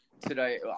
today